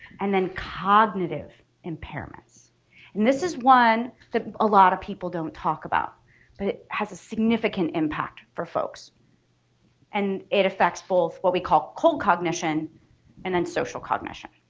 and then cognitive impairments and this is one that a lot of people don't talk about but it has a significant impact for folks and it affects both what we call cold cognition and then social cognition.